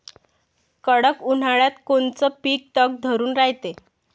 कडक उन्हाळ्यात कोनचं पिकं तग धरून रायते?